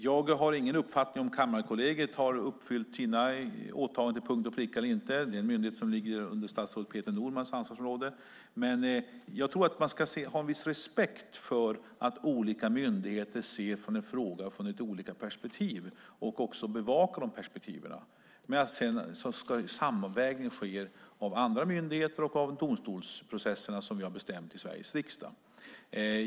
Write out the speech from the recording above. Jag har ingen uppfattning om Kammarkollegiet har uppfyllt sina åtaganden till punkt och pricka eller inte. Det är en myndighet som ligger under statsrådet Peter Normans ansvarsområde. Jag tror att man ska ha en viss respekt för att olika myndigheter ser på en fråga från olika perspektiv och också bevakar de perspektiven. Sedan sker sammanvägningen av andra myndigheter och i domstolsprocesserna, som vi har bestämt i Sveriges riksdag.